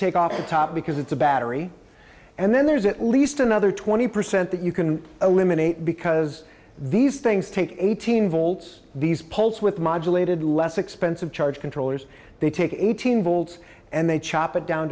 take off the top because it's a battery and then there's at least another twenty percent that you can eliminate because these things take eighteen volts these pulse with modulator do less expensive charge controllers they take eighteen volts and they chop it down